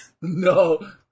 No